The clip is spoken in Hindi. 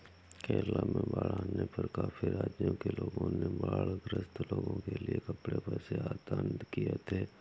केरला में बाढ़ आने पर काफी राज्यों के लोगों ने बाढ़ ग्रस्त लोगों के लिए कपड़े, पैसे आदि दान किए थे